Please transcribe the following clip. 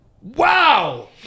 Wow